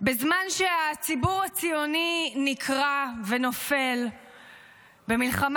בזמן שהציבור הציוני נקרע ונופל במלחמה